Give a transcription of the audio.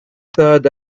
third